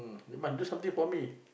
must do something for me